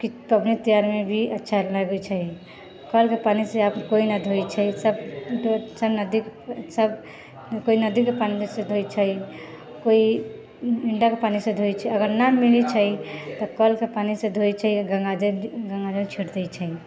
कि पबनि तिहारमे भी अच्छा लगै छै कलके पानी सँ अब कोइ नहि धोइ छै सब नदी सब कोइ नदीके पानीसँ धोइ छै कोइ इण्डकके पानीसँ धोइ छै अगर नहि मिलै छै तऽ कलके पानीसँ धोइ छै गङ्गाजल गङ्गाजल छीटि दै छै